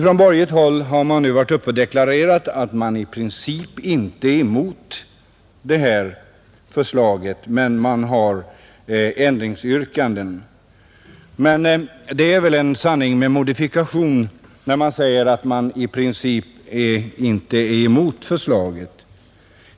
Ifrån borgerligt håll har man varit uppe och deklarerat att man i princip inte är emot förslaget men har ändringsyrkanden. Det är väl en sanning med modifikation, när man säger sig i princip inte vara emot förslaget.